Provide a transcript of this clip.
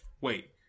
Wait